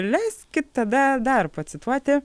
leiskit tada dar pacituoti